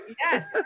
Yes